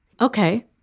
Okay